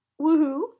Woohoo